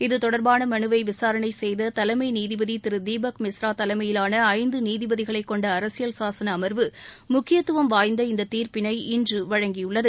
இது தொடர்பான மனுவை விசாரனை செய்த தலைமை நீதிபதி திரு தீபக் மிஸ்ரா தலைமையிலான ஐந்து நீதிபதிகளை கொண்ட அரசியல் சாசன அமர்வு முக்கியத்துவம் வாய்ந்த இந்த தீர்ப்பினை இன்று வழங்கியுள்ளது